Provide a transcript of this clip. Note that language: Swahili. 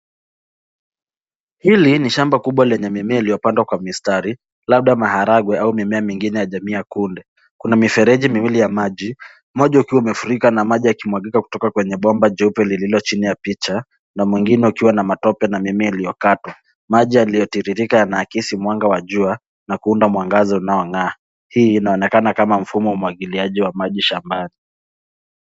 Hili ni shamba kubwa lenye mimea iliyopandwa kwa mistari, labda maharagwe au mimea mingine ya jamii ya kunde. Kuna mifereji miwili ya maji; moja ukiwa umefurika na maji yakimwagika kutoka kwenye bomba jeupe lililo chini ya picha na mwengine ukiwa na matope na mimea iliyokwatwa. Maji yaliyotiririka yanaakisi mwanga wa jua na kuunda mwangaza unaong'aa. Hii inaonekana kama mfumo wa umwagiliaji wa maji shambani.